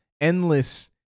endless